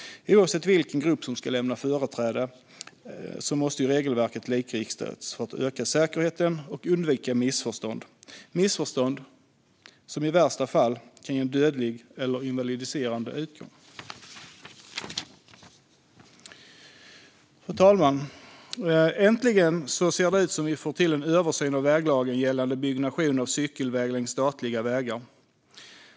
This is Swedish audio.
Oavsett vilken grupp som ska lämna företräde måste regelverket likriktas för att öka säkerheten och undvika missförstånd - missförstånd som i värsta fall har en dödlig eller invalidiserande utgång. Fru talman! Äntligen ser det ut som att vi får till en översyn av väglagen gällande byggnation av cykelväg längs statliga vägar.